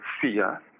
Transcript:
fear